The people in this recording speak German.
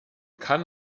kann